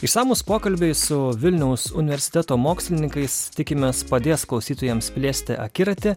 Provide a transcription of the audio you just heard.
išsamūs pokalbiai su vilniaus universiteto mokslininkais tikimės padės klausytojams plėsti akiratį